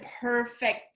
perfect